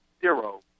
Zero